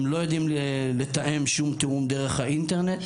הם לא יודעים לתאם שום תיאום דרך האינטרנט,